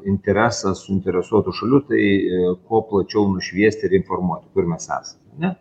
interesą suinteresuotų šalių tai kuo plačiau nušviesti ir informuoti kur mes esam ane